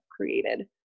created